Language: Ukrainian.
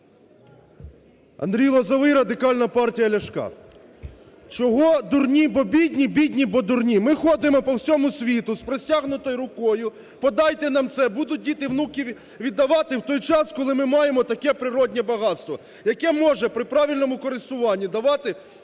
Андрій Лозовий, Радикальна партія Ляшка. Чого дурні – бо бідні, бідні – бо дурні. Ми ходимо по всьому світу з протягнутою рукою, подайте нам це… будуть діти, внуки віддавати, в той час, коли ми маємо таке природнє багатство, яке може при правильному користуванні давати